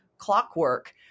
clockwork